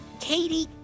Katie